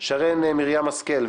שרן מרים השכל,